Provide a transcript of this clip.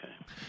Okay